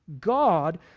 god